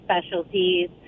specialties